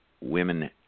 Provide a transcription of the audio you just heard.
Women